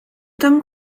tym